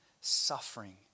suffering